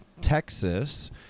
Texas